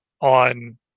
on